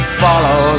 follow